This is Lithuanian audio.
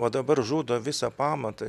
o dabar žudo visą pamatą